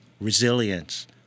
resilience